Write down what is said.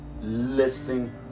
listen